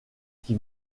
qui